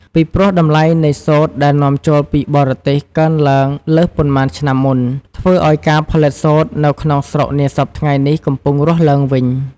ពីព្រោះ តម្លៃនៃសូត្រដែលនាំចូលពីបរទេសកើនឡើងលើសប៉ុន្មានឆ្នាំមុន ធ្វើឱ្យការផលិតសូត្រនៅក្នុង ស្រុកនាសព្វថ្ងៃនេះកំពុងរស់ឡើងវិញ។